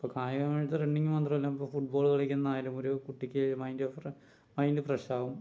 ഇപ്പോൾ കായികമായിട്ട് റണ്ണിങ് മാത്രമല്ല ഇപ്പോൾ ഫുട് ബോൾ കളിക്കുന്നത് ആയാലും ഒരു കുട്ടിക്ക് മൈൻ്റ് ഫ്ര മൈൻ്റ് ഫ്രഷാകും